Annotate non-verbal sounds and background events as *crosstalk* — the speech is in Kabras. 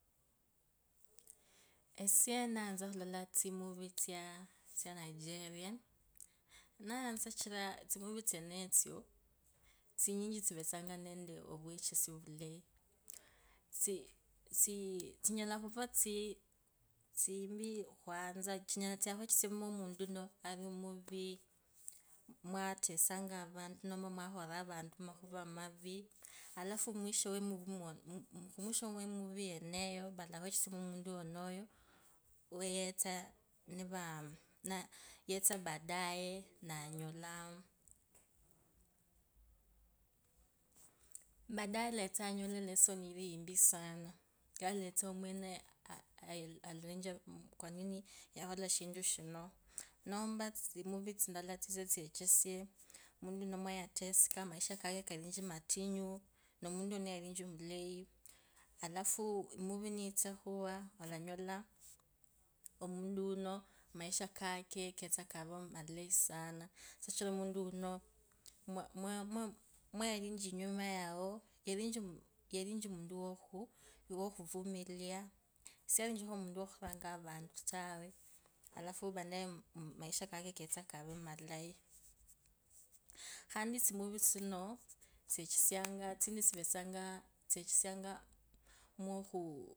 Esie ndayatsa khulola tsimovie tsanigeria ndayanza khulola sichira tsinyinji tsivetsanga nenda ovwechintso ovulai ovulai, tsii tsiii *hesitation* tsinyala tsii tsivimwanza, tsinyalakhwechesia lwaomuntu ari omuvi, lwatesanga avantu nomba lwakhuriranga avantu makhuva mavii, alafu mwisho mwemovie yeneyo wayetsa nivaa. Yetsa baadae nanyolaa *hesitation* baadae eletsa anyole elesson ilimpi sana, yelets omwene a- a ayilechera kwa nini yakhola shindu shino. Nomba tsimovie tsiondola tsitsetsechesye omuntu uno lwagateseka maisha kake kajindi matunyu numuntu weneyo yalichi mulayi, alafu emovie niyitsa khuwa olanyola omuntu unumaisha kakeketsa kava malayi sana sichira omuntu uno mwa- mwayarichi inyuma yao, yalichi omuntu wakhu. Wokhuvumilia siyarichikho siyarichikho omuntu wokhuranga avantu tawei alafu baadae maisha kake ketsekave malayi khandi tsimovie tsino tsechesianga, tsindi tsechesianga, mwokhuu.